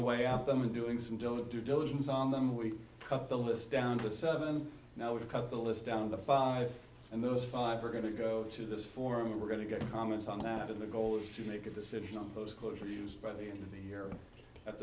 away at them and doing some deal of due diligence on them we cut the list down to seven now we've cut the list down to five and those five are going to go to this forum and we're going to get comments on that is the goal is to make a decision on those closure used by the end of the year at